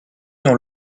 dans